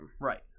right